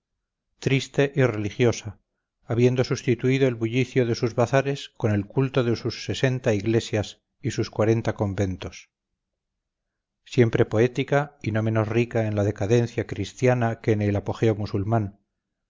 triste y religiosa habiendo sustituido el bullicio de sus bazares con el culto de sus sesenta iglesias y sus cuarenta conventos siempre poética y no menos rica en la decadencia cristiana que en el apogeo musulmán